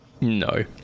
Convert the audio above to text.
no